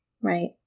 Right